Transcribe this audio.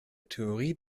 theorie